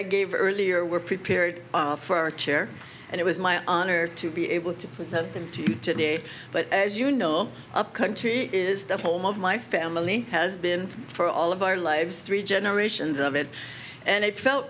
i gave earlier were prepared for chair and it was my honor to be able to present them to you today but as you know a country is the home of my family has been for all of our lives three generations of it and it felt